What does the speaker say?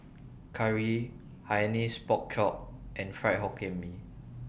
Curry Hainanese Pork Chop and Fried Hokkien Mee